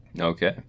Okay